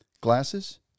glasses